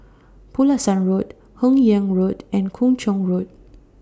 Pulasan Road Hun Yeang Road and Kung Chong Road